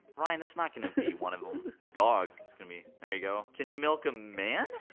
ryan, that's not going to be one of them. ah dog is gonna be. there you go. can you milk a man?